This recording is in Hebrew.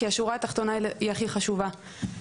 כי השורה התחתונה היא הכי חשובה.